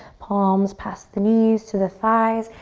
palms past the knees to the thighs.